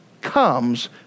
comes